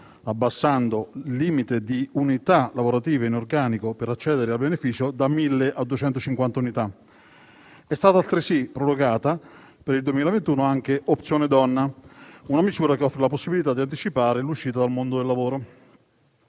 abbassando limite di unità lavorative in organico per accedere al beneficio da 1.000 a 250 unità; è stata altresì prorogata per il 2021 anche opzione donna, una misura che offre la possibilità di anticipare l'uscita dal mondo del lavoro.